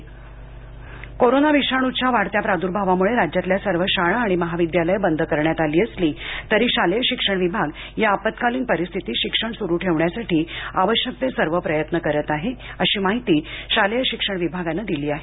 शालेय शिक्षण कोरोना विषाणूच्या वाढत्या प्राद्र्भावामुळे राज्यातल्या सर्व शाळा आणि महाविद्यालयं बंद करण्यात आली असली तरी शालेय शिक्षण विभाग या आपत्कालीन परिस्थितीत शिक्षण सुरु ठेवण्यासाठी आवश्यक ते सर्व प्रयत्न करीत आहेत अशी माहिती शालेय शिक्षण विभागानं दिली आहे